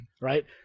right